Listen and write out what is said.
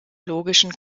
logischen